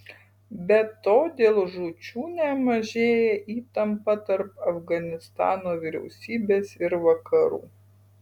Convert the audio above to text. be to dėl žūčių nemažėja įtampa tarp afganistano vyriausybės ir vakarų